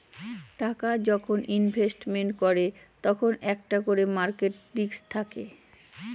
টাকা যখন ইনভেস্টমেন্ট করে তখন একটা করে মার্কেট রিস্ক থাকে